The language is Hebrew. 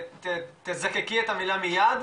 תזקקי את המילה 'מיד',